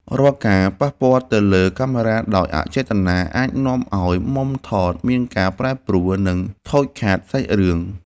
រាល់ការប៉ះពាល់ទៅលើកាមេរ៉ាដោយអចេតនាអាចនាំឱ្យមុំថតមានការប្រែប្រួល និង ខូចខាតសាច់រឿង។